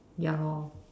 ya lor